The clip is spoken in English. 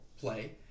play